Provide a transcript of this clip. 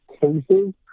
cases